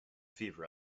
fever